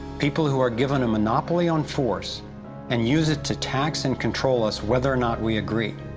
people who are given a monopoly on force and use it to tax and control us whether or not we agree